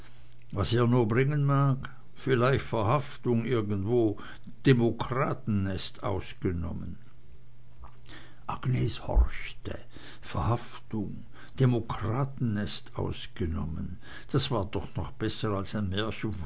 was er nur bringen mag vielleicht verhaftung irgendwo demokratennest ausgenommen agnes horchte verhaftung demokratennest ausgenommen das war doch noch besser als ein